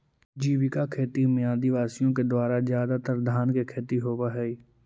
जीविका खेती में आदिवासियों के द्वारा ज्यादातर धान की खेती होव हई